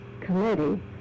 Committee